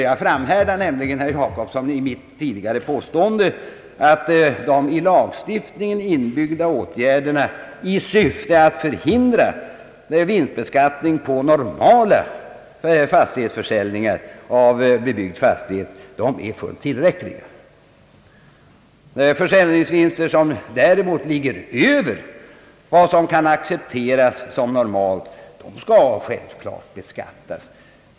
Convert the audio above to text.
Jag framhärdar därför, herr Jacobsson, i mitt tidigare påstående att de i lagstiftningen inbyggda åtgärderna i syfte att förhindra vinstbeskattning på normala försäljningar av bebyggd fastighet är fullt tillräckliga. Däremot skall självfallet försäljningsvinster som ligger över vad som kan accepteras som normalt beskattas.